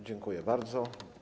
Dziękuję bardzo.